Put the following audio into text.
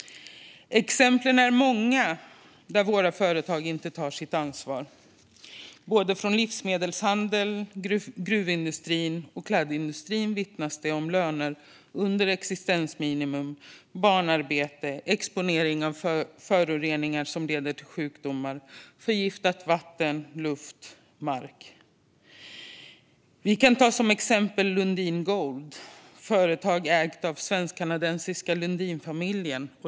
Det finns många exempel på att våra företag inte tar sitt ansvar. Inom både livsmedelshandeln, gruvindustrin och klädindustrin vittnas det om löner under existensminimum, barnarbete och exponering av föroreningar som leder till sjukdomar och förgiftat vatten, luft och mark. Vi kan ta Lundin Gold som exempel. Det är ett företag som ägs av svenskkanadensiska Lundinfamiljen.